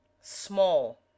small